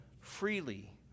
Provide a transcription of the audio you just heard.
freely